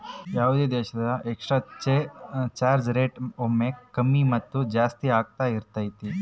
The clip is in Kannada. ಯಾವುದೇ ದೇಶದ ಎಕ್ಸ್ ಚೇಂಜ್ ರೇಟ್ ಒಮ್ಮೆ ಕಮ್ಮಿ ಮತ್ತು ಜಾಸ್ತಿ ಆಗ್ತಾ ಇರತೈತಿ